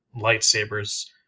lightsabers